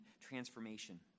transformation